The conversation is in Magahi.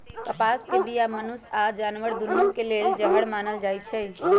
कपास के बीया मनुष्य आऽ जानवर दुन्नों के लेल जहर मानल जाई छै